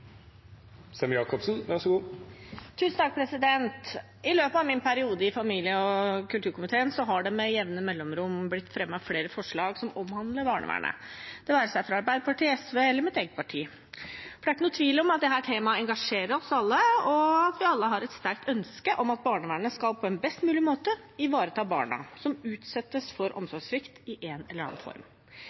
I løpet av min periode i familie- og kulturkomiteen har det med jevne mellomrom blitt fremmet flere forslag som omhandler barnevernet, det være seg fra Arbeiderpartiet, SV eller mitt eget parti. Det er ikke noen tvil om at dette temaet engasjerer oss alle, og at vi alle har et sterkt ønske om at barnevernet på en best mulig måte skal ivareta barna som utsettes for omsorgssvikt i en eller annen form.